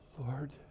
Lord